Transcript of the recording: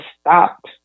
stopped